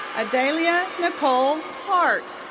adalia nicole hart.